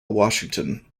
washington